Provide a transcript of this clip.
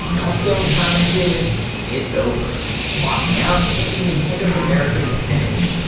al stone commented it's over walking out thinking nintendo of america was finished.